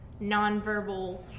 nonverbal